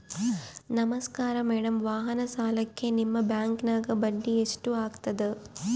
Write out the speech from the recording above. ನಮಸ್ಕಾರ ಮೇಡಂ ವಾಹನ ಸಾಲಕ್ಕೆ ನಿಮ್ಮ ಬ್ಯಾಂಕಿನ್ಯಾಗ ಬಡ್ಡಿ ಎಷ್ಟು ಆಗ್ತದ?